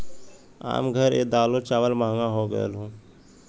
आम घर ए दालो चावल महंगा हो गएल हौ